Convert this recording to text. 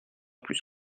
plus